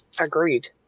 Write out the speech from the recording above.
Agreed